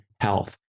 health